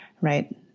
Right